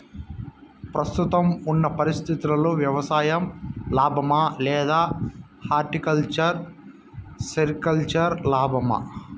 ప్రస్తుతం ఉన్న పరిస్థితుల్లో వ్యవసాయం లాభమా? లేదా హార్టికల్చర్, సెరికల్చర్ లాభమా?